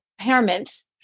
impairments